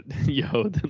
yo